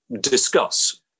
discuss